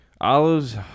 olives